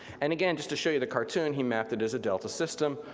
and again just to show you the cartoon, he mapped it as a delta system,